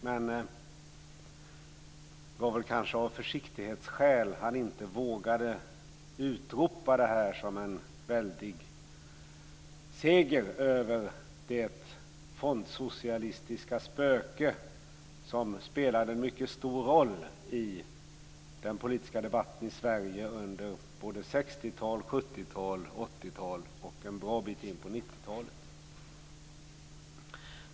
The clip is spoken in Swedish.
Men det var väl kanske av försiktighetsskäl som han inte vågade utropa detta som en väldig seger över det fondsocialistiska spöke som spelade en mycket stor roll i den politiska debatten i Sverige under 60-talet, 70-talet, 80-talet och en bra bit in på 90-talet.